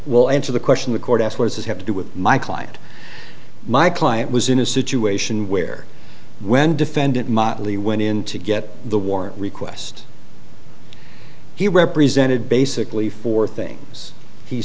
will answer the question the court asked what does this have to do with my client my client was in a situation where when defendant motley went in to get the warrant request he represented basically four things he